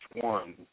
One